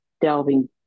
delving